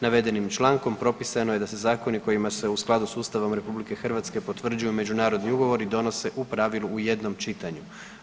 Navedenim člankom propisano je da se zakoni kojima se u skladu s Ustavom RH potvrđuju međunarodni ugovori donose u pravilu u jednom čitanju.